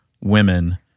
women